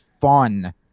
fun